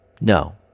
No